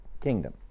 kingdom